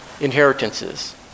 inheritances